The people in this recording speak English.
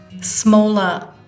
smaller